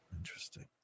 Interesting